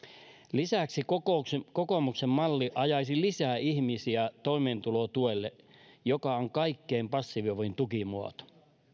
lisäksi kokoomuksen malli ajaisi lisää ihmisiä toimeentulotuelle joka on kaikkein passivoivin tukimuoto